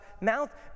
mouth